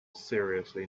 seriously